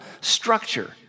structure